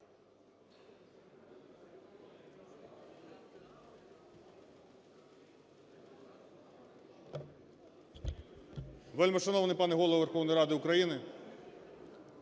Вельмишановний пане Голово Верховної Ради України,